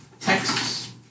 Texas